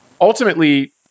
ultimately